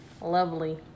Lovely